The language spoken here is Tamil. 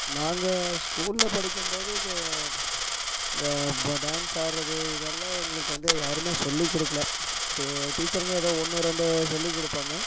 நாங்கள் ஸ்கூலில் படிக்கும் போது க இந்த இப்போ டான்ஸு ஆடுறது இதெல்லாம் எங்களுக்கு வந்து யாருமே சொல்லி கொடுக்கல டீ டீச்சருங்க ஏதோ ஒன்று ரெண்டு சொல்லி கொடுப்பாங்க